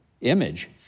image